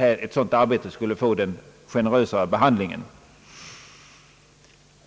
ett sådant arbete skulle få den generösare behandlingen.